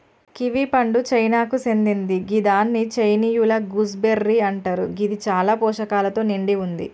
kiwi పండు చైనాకు సేందింది గిదాన్ని చైనీయుల గూస్బెర్రీ అంటరు గిది చాలా పోషకాలతో నిండి వుంది